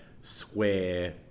square